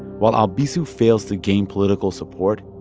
while albizu fails to gain political support,